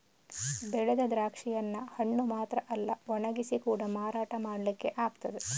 ಬೆಳೆದ ದ್ರಾಕ್ಷಿಯನ್ನ ಹಣ್ಣು ಮಾತ್ರ ಅಲ್ಲ ಒಣಗಿಸಿ ಕೂಡಾ ಮಾರಾಟ ಮಾಡ್ಲಿಕ್ಕೆ ಆಗ್ತದೆ